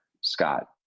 Scott